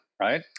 right